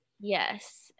Yes